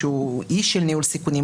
שהוא איש של ניהול סיכונים,